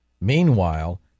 Meanwhile